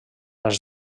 els